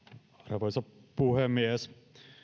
arvoisa puhemies